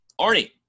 Arnie